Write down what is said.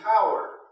power